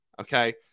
okay